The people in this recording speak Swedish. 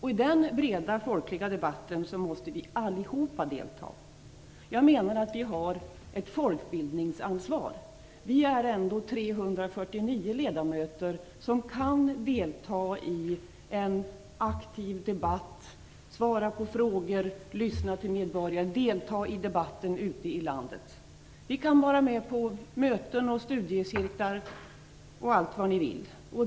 I den breda folkliga debatten måste vi allihop delta. Jag menar att vi har ett folkbildningsansvar. Vi är 349 ledamöter som kan delta i en aktiv debatt, svara på frågor, lyssna på medborgarna och delta i debatterna ute i landet. Vi kan vara med på möten, studiecirklar och allt vad ni vill.